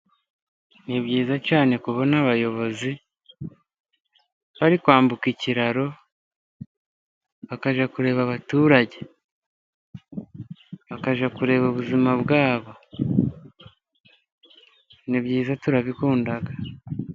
Ni byiza cyane Kubona abayobozi bari kwambuka ikiraro bakajya kureba abaturage, bakajya kureba bwabo, ni byiza turabikunda.